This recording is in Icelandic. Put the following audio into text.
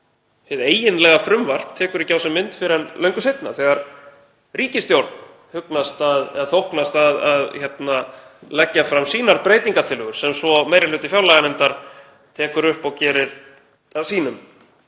hið eiginlega frumvarp tekur ekki á sig mynd fyrr en löngu seinna þegar ríkisstjórninni þóknast að leggja fram sínar breytingartillögur sem meiri hluti fjárlaganefndar tekur svo upp og gerir að sínum.